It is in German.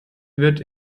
wird